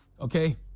okay